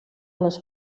les